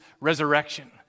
resurrection